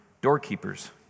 doorkeepers